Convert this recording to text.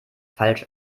falsch